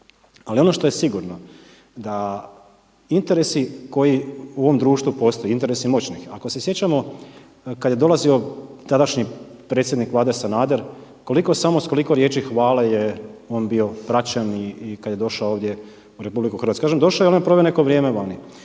Ali ono što je sigurno da interesi koji u ovom društvu postoje, interesi moćnih, ako se sjećamo kada je dolazio tadašnji predsjednik vlade Sanader, s koliko riječi hvale je on bio praćen i kada je došao ovdje u RH, kažem došao je i onda je proveo neko vrijeme vani.